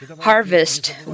harvest